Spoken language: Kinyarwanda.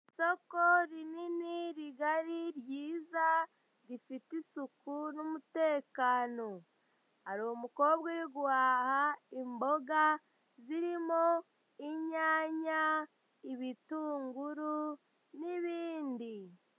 Isoko rinini, rigari, ryiza, rifite isuku n'umutekano. Hari umukobwa uri guhaha imboga, zirimo inyanya, ibitunguru, n'ibindi.